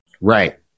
Right